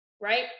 right